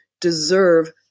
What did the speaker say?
deserve